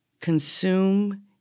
consume